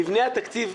מבנה התקציב,